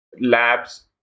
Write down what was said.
labs